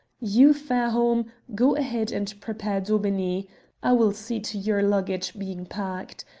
you, fairholme, go ahead and prepare daubeney i will see to your luggage being packed.